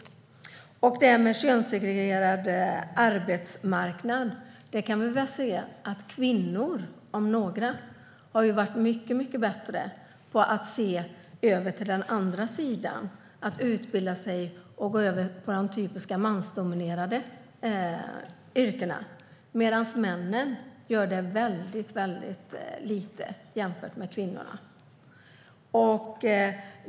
När det gäller det här med en könssegregerad arbetsmarknad kan vi se att kvinnor har varit mycket bättre på att se över till den andra sidan, utbilda sig och gå över till de typiska mansdominerade yrkena. Männen gör detta i väldigt liten utsträckning jämfört med kvinnorna.